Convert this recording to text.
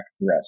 rest